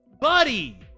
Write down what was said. Buddy